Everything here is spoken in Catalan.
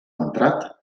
entrat